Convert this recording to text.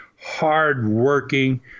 hardworking